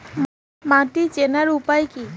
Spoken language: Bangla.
মাটি চেনার উপায় কি?